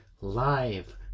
live